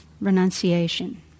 renunciation